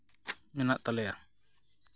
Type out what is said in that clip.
ᱢᱮᱱᱟᱜ ᱛᱟᱞᱮᱭᱟ